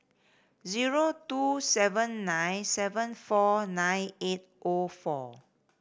zero two seven nine seven four nine eight O four